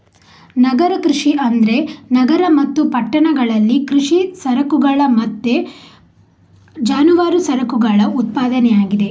ನಗರ ಕೃಷಿ ಅಂದ್ರೆ ನಗರ ಮತ್ತು ಪಟ್ಟಣಗಳಲ್ಲಿ ಕೃಷಿ ಸರಕುಗಳ ಮತ್ತೆ ಜಾನುವಾರು ಸರಕುಗಳ ಉತ್ಪಾದನೆ ಆಗಿದೆ